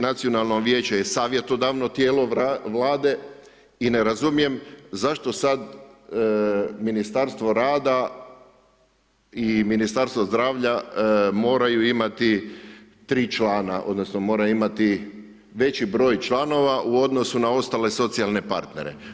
Nacionalno vijeće je savjetodavno tijelo Vlade i ne razumijem zašto sada Ministarstvo rada i Ministarstvo zdravlja moraju imati tri člana odnosno moraju imati veći broj članova u odnosu na ostale socijalne partnere.